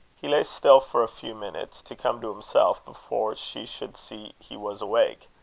he lay still for a few minutes, to come to himself before she should see he was awake.